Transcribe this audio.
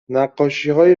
نقاشیهای